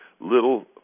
little